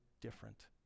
different